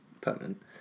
permanent